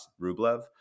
Rublev